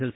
L